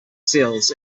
seals